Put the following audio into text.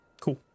Cool